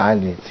Ali